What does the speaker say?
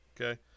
Okay